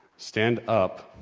stand up